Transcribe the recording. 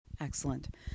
Excellent